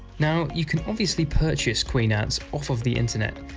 now you can obviously purchase queen ants off of the internet.